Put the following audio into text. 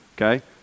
okay